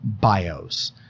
BIOS